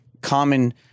common